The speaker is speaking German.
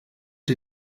die